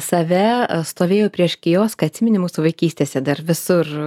save stovėjau prieš kioską atsimeni mūsų vaikystėse dar visur